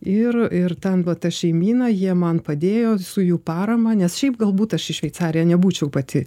ir ir ten va ta šeimyna jie man padėjo su jų parama nes šiaip galbūt aš į šveicariją nebūčiau pati